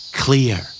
clear